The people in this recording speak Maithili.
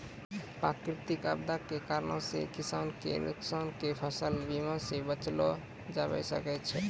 प्राकृतिक आपदा के कारणो से किसान के नुकसान के फसल बीमा से बचैलो जाबै सकै छै